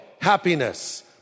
happiness